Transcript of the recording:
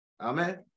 Amen